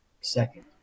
second